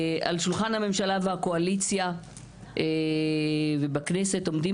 על שולחן הממשלה והקואליציה ובכנסת עומדת